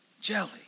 jelly